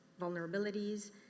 vulnerabilities